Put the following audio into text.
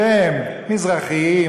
שהם מזרחים,